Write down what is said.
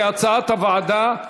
כהצעת הוועדה.